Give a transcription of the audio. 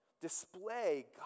display